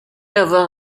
avoir